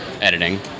editing